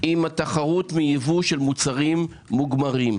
עם התחרות מייבוא של מוצרים מוגמרים.